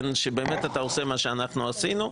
שאתה באמת עושה מה שאנחנו עשינו.